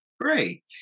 Great